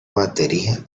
batería